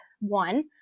one